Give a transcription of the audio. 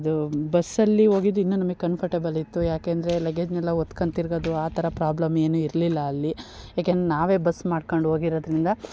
ಅದು ಬಸ್ಸಲ್ಲಿ ಹೋಗಿದ್ದು ಇನ್ನು ನಮಗೆ ಕಂಫಟೇಬಲ್ ಇತ್ತು ಯಾಕೆ ಅಂದರೆ ಲಗೇಜ್ನೆಲ್ಲ ಹೊತ್ಕೊಂಡು ತಿರುಗೋದು ಆ ಥರ ಪ್ರಾಬ್ಲಮ್ ಏನು ಇರಲಿಲ್ಲ ಅಲ್ಲಿ ಏಕೆ ಅನ ನಾವೇ ಬಸ್ ಮಾಡ್ಕೊಂಡು ಹೋಗಿರೋದ್ರಿಂದ